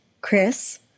Chris